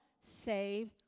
save